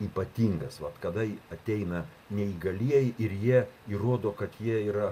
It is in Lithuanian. ypatingas vat kada ateina neįgalieji ir jie įrodo kad jie yra